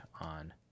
on